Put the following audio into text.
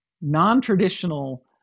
non-traditional